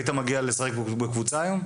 היית מגיע לשחק בקבוצה היום?